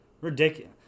Ridiculous